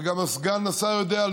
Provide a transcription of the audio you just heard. וגם סגן השר יודע,